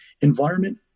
environment